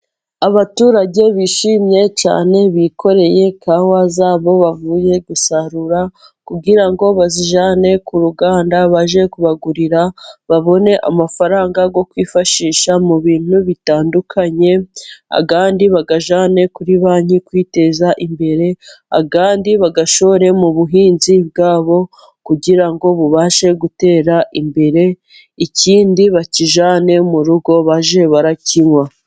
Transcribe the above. Abaturage bishimye cyane bikoreye kawa zabo bavuye gusarura, kugira ngo bazijyane ku ruganda bajye kubagurira babone amafaranga yo kwifashisha mu bintu bitandukanye, ayandi bayajyane kuri banki kwiteza imbere ,ayandi bayashore mu buhinzi bwabo kugira ngo bubashe gutera imbere, ikindi bakijyane mu rugo bajye barakinywa.